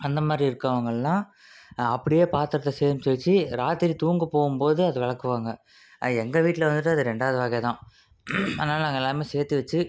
அந்த மாதிரி இருக்கிறவங்கள்லாம் அப்படியே பாத்திரத்த சேமிச்சு வச்சு ராத்திரி தூங்கப் போகும் போது அதை விளக்குவாங்க எங்கள் வீட்டில் வந்துட்டு அது ரெண்டாவது வகை தான் அதனால நாங்கள் எல்லாமே சேர்த்து வச்சு